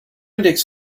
index